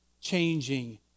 changing